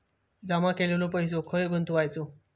जमा केलेलो पैसो खय गुंतवायचो?